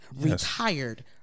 retired